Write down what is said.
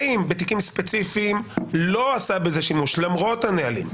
האם בתיקים ספציפיים לא עשה בזה שימוש למרות הנהלים?